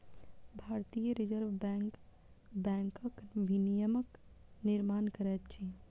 भारतीय reserve bank बैंकक विनियमक निर्माण करैत अछि